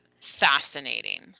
Fascinating